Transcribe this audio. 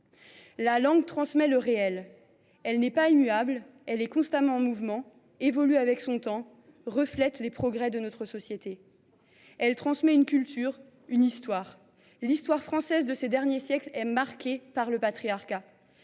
La langue transcrit le réel. Elle n’est pas immuable, elle est constamment en mouvement, elle évolue avec son temps et reflète les progrès de notre société. Elle transmet une culture, une histoire. L’histoire française de ces derniers siècles est marquée par le patriarcat.